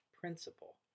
principle